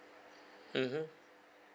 mmhmm